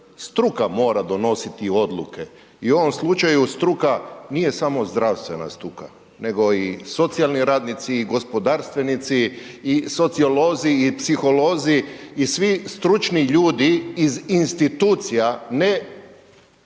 struka mora donositi odluke i u ovom slučaju struka nije samo zdravstvena struka, nego i socijalni radnici i gospodarstvenici i sociolozi i psiholozi i svi stručni ljudi iz institucija ne